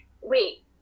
wait